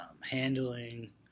handling